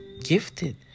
gifted